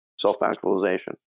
self-actualization